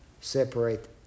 separate